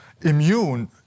immune